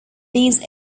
these